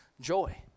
joy